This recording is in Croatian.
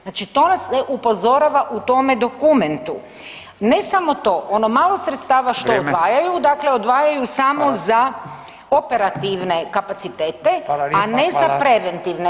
Znači to nas upozorava u tome dokumentu, ne samo to ono malo sredstava [[Upadica: Vrijeme.]] što odvajaju, dakle odvajaju samo za operativne kapacitete, a [[Upadica: Hvala lijepa.]] ne za preventivne.